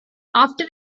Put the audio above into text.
after